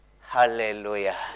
Hallelujah